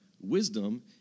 wisdom